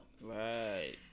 Right